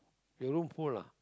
your room full ah